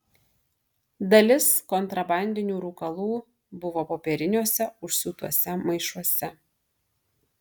dalis kontrabandinių rūkalų buvo popieriniuose užsiūtuose maišuose